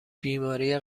بیماری